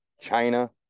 China